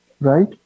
Right